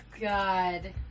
god